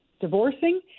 divorcing